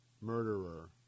murderer